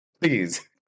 Please